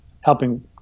helping